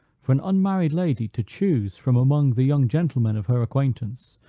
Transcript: for an unmarried lady to choose, from among the young gentlemen of her acquaintance,